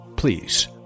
Please